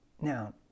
Now